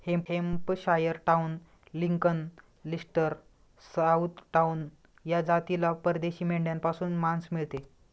Hampshire Down, Lincoln, Leicester, Southdown या जातीला परदेशी मेंढ्यांपासून मांस मिळते